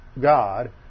God